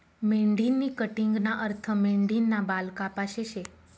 मेंढीनी कटिंगना अर्थ मेंढीना बाल कापाशे शे